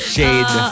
Shade